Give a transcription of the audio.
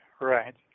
right